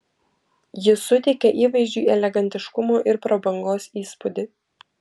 ji suteikia įvaizdžiui elegantiškumo ir prabangos įspūdį